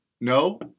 No